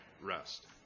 rest